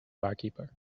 barkeeper